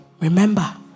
remember